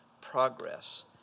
progress